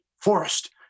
forest